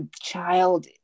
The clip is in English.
child